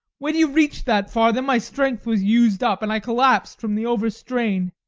when you reached that far, then my strength was used up, and i collapsed from the overstrain